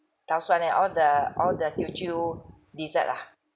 tau suan and all the all the teochew dessert ah